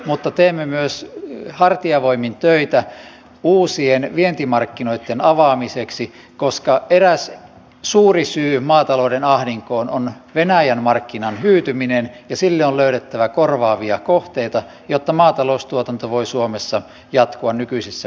mutta teemme myös hartiavoimin töitä uusien vientimarkkinoitten avaamiseksi koska eräs suuri syy maatalouden ahdinkoon on venäjän markkinan hyytyminen ja sille on löydettävä korvaavia kohteita jotta maataloustuotanto voi suomessa jatkua nykyisessä mitassaan